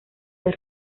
del